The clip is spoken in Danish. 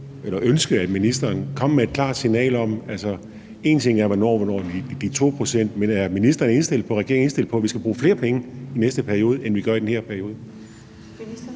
alligevel ønske, at ministeren kom med et klart signal – altså, én ting er, hvornår vi når de 2 pct., men er ministeren indstillet på og er regeringen indstillet på, at vi skal bruge flere penge i næste periode, end vi gør i den her periode?